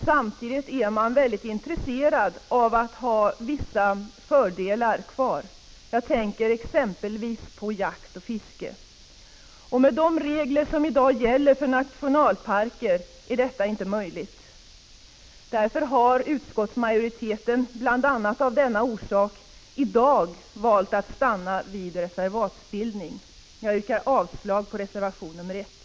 Samtidigt är man mycket intresserad av att ha vissa fördelar kvar. Jag tänker exempelvis på jakt och fiske. Med de regler som i dag gäller för nationalparker är detta inte möjligt. Bl. a. av denna orsak har utskottsmajoriteten i dag valt att stanna vid reservatsbildning. Jag yrkar avslag på reservation nr 1.